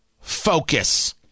focus